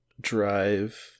drive